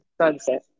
sunset